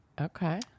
Okay